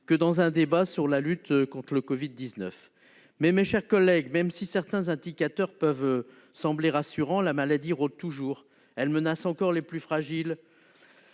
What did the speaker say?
que sur la lutte contre le Covid-19. Toutefois, mes chers collègues, même si certains indicateurs peuvent sembler rassurants, la maladie rôde toujours ! Elle menace encore les plus fragiles,